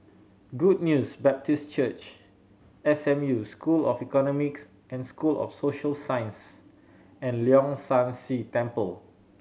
Good News Baptist Church S M U School of Economics and School of Social Sciences and Leong San See Temple